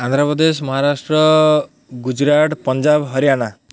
Andhra Pradesh Maharashtra Gujarat Punjab Haryana